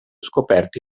scoperto